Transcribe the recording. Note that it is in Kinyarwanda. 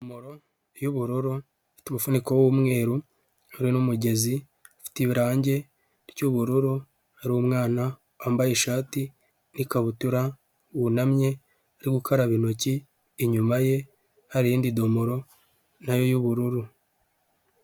Idomoro y'ubururu ifite umufuniko w'umweru, hamwe n'umugezi ufite irangi ry'ubururu; hari umwana wambaye ishati n'ikabutura wunamye, ari gukaraba intoki. Inyuma ye hari indi domoro y'ubururu.